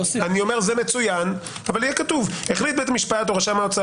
זה מצוין אבל יהיה כתוב: החליט בית המשפט או רשם ההוצאה